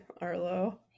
Arlo